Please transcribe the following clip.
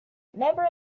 never